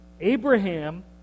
Abraham